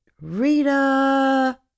rita